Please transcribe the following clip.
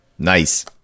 Nice